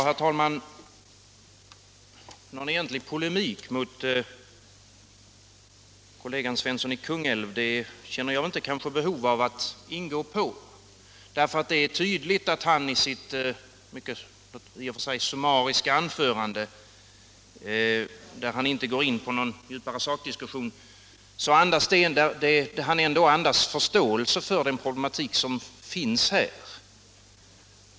Herr talman! Någon egentlig polemik mot kollegan herr Svensson i Kungälv känner jag kanske inte behov av att ingå på. Det är tydligt att han i sitt mycket summariska anförande, där han inte går in på någon djupare sakdiskussion, ändå andas förståelse för den problematik som finns här.